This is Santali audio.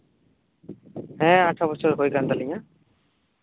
ᱦᱮᱸ ᱟᱴᱷᱨᱳ ᱵᱚᱪᱷᱚᱨ ᱦᱩᱭ ᱠᱟᱱ ᱛᱟᱞᱤᱧᱟ